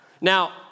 Now